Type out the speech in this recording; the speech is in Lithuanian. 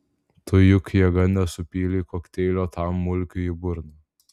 tu juk jėga nesupylei kokteilio tam mulkiui į burną